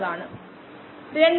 2 7